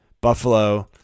Buffalo